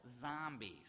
zombies